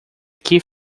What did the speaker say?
key